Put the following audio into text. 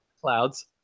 clouds